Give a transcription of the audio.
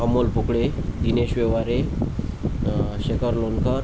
Amol Pokale Dinesh Vyavahare Shekhar Lonkar